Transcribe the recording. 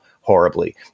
horribly